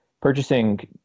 purchasing